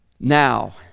Now